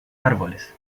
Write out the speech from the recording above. árboles